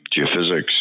geophysics